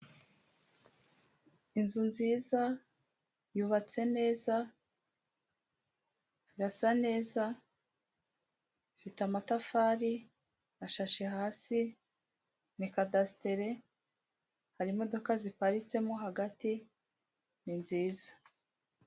Inzu nziza, yubatse neza, irasa neza ifite amatafari ashashe has, ni cadasitere hari imodoka ziparitsemo hagati ni nziza,